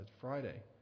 Friday